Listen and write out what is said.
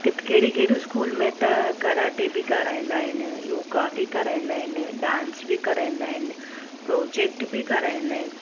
कित कहिड़ी कहिड़ियू स्कूल में त कराटे बि कराईंदा आहिनि योगा बि कराईंदा आहिनि डांस बि कराईंदा आहिनि प्रोजैक्ट बि कराईंदा आहिनि